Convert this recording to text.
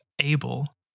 able